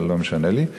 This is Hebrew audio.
אבל לא משנה לי,